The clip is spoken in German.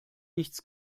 nichts